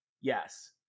Yes